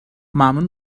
ممنون